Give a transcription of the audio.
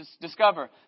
discover